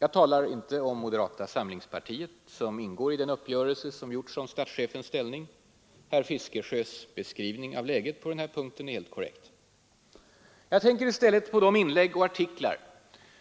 Jag talar inte om moderata samlingspartiet, som ingår i den uppgörelse som gjorts om statschefens ställning. Herr Fiskesjös beskrivning av läget på den här punkten är helt korrekt. Jag tänker i stället på de inlägg och artiklar